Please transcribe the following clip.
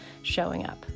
SHOWINGUP